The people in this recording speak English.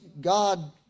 God